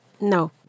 No